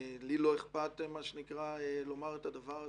לי לא אכפת לומר את הדבר הזה.